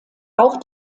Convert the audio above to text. auch